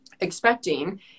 expecting